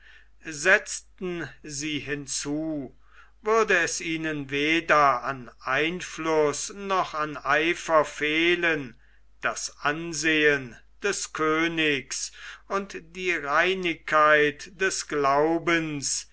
setzten sie hinzu würde es ihnen weder an einfluß noch an eifer fehlen das ansehen des königs und die reinigkeit des glaubens